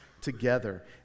together